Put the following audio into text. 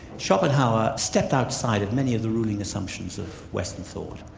schopenhauer stepped outside of many of the ruling assumptions of western thought,